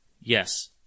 Yes